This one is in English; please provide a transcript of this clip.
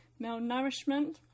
malnourishment